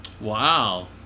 Wow